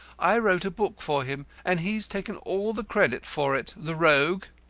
i wrote a book for him and he's taken all the credit for it, the rogue!